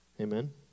Amen